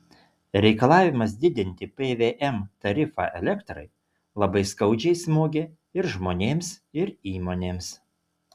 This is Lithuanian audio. reikalavimas didinti pvm tarifą elektrai labai skaudžiai smogė ir žmonėms ir įmonėms